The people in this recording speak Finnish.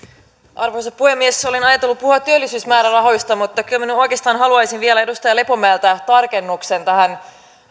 arvoisa puhemies olin ajatellut puhua työllisyysmäärärahoista mutta kyllä minä nyt oikeastaan haluaisin vielä edustaja lepomäeltä tarkennuksen tähän